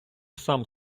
сам